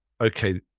okay